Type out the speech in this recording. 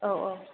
औ औ